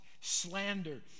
slander